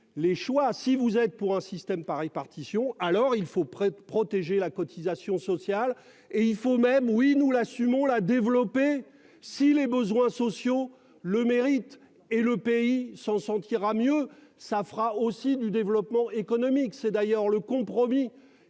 les choix, si vous êtes pour un système par répartition. Alors il faut près de protéger la cotisation sociale et il faut même oui nous l'assumons la développer. Si les besoins sociaux le mérite et le pays sans sentiras mieux ça fera aussi du développement économique. C'est d'ailleurs le compromis